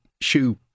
shoe